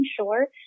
sure